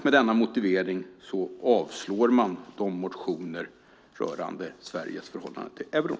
Med denna motivering avstyrker man motionerna rörande Sveriges förhållande till euron.